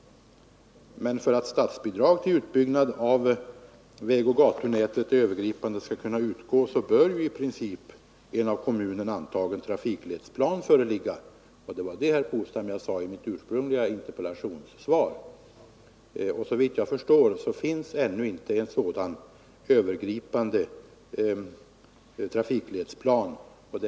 För att statsbidrag skall kunna utgå till utbyggnad av det övergripande vägoch gatunätet bör i princip en av kommunen antagen trafikledsplan föreligga. Det var, herr Polstam, vad jag sade i mitt ursprungliga interpellationssvar. Såvitt jag förstår finns ännu inte en sådan övergripande trafikledsplan. BI.